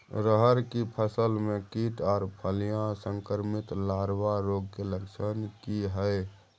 रहर की फसल मे कीट आर फलियां संक्रमित लार्वा रोग के लक्षण की हय?